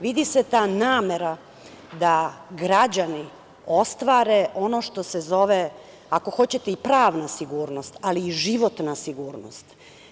Vidi se ta namera da građani ostvare ono što se zove, ako hoćete i pravnu sigurnost, ali i životnu sigurnost.